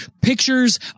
pictures